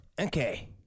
okay